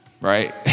right